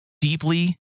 deeply